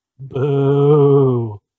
Boo